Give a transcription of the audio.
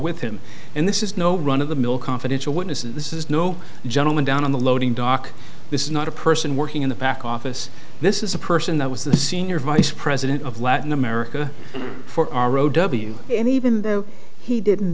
with him and this is no run of the mill confidential witness and this is no gentleman down on the loading dock this is not a person working in the back office this is a person that was the senior vice president of latin america for r o w n even though he didn't